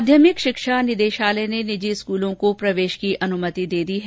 माध्यमिक शिक्षा निदेशालय ने निजी स्कूलों को प्रवेश की अनुमति दे दी है